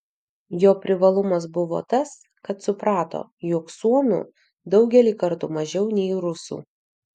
jo privalumas buvo tas kad suprato jog suomių daugelį kartų mažiau nei rusų